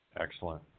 Excellent